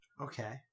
Okay